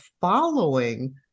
following